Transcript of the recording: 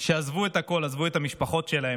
שעזבו את הכול, עזבו את המשפחות שלהם,